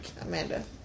Amanda